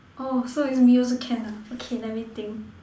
oh so is me also can ah okay let me think